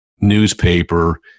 newspaper